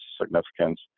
significance